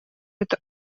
это